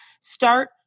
start